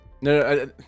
No